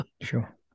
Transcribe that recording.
Sure